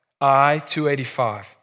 I-285